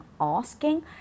asking